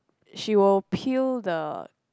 she will peel the